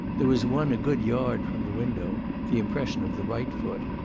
there was one a good yard from the window, the impression of the right foot,